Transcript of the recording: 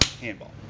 handball